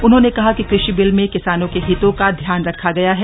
उन्होंने कहा कि कृषि बिल में किसानों के हितों का ध्यान रखा गया है